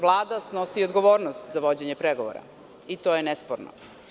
Vlada snosi odgovornost za vođenje pregovora i to je nesporno.